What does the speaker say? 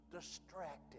distracted